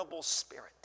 spirit